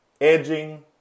edging